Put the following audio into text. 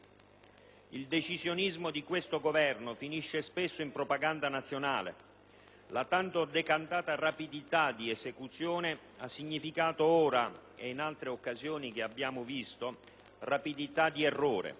Il decisionismo di questo Governo finisce spesso in propaganda nazionale. La tanto decantata rapidità di esecuzione ha significato ora e in altre occasioni che abbiamo visto rapidità di errore,